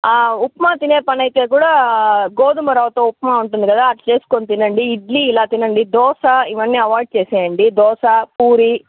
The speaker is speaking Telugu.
ఉప్మా తినే పనైతే కూడా గోదుమ రవ్వతో ఉప్మా ఉంటుంది కదా అది చేసుకుని తినండి ఇడ్లీ ఇలా తినండి దోస ఇవన్నీ అవాయిడ్ చేసేయండి దోస పూరి